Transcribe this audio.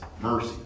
mercy